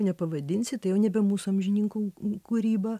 nepavadinsi tai jau nebe mūsų amžininkų kūryba